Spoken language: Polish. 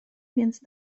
więc